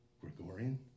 Gregorian